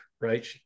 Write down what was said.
right